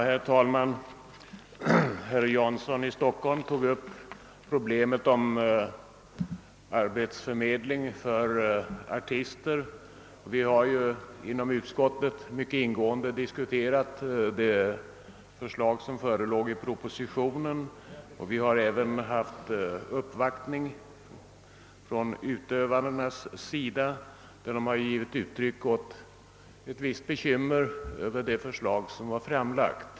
Herr talman! Herr Jansson tog upp problemet om arbetsförmedling för artister. Vi har inom utskottet mycket ingående diskuterat det förslag som förelåg i propositionen och vi har också blivit uppvaktade av ifrågavarande yrkesutövare som givit uttryck åt vissa bekymmer över det framlagda förslaget.